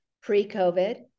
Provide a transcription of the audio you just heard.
pre-COVID